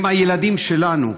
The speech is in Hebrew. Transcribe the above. הם הילדים שלנו,